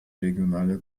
regionale